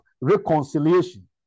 reconciliation